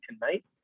tonight